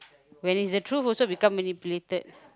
when it's the truth also become manipulated